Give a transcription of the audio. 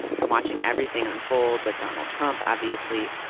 from watching everything unfold with donald trump, obviously,